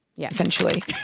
essentially